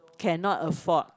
cannot afford